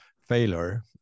failure